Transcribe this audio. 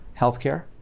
healthcare